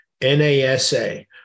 NASA